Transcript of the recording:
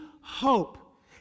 hope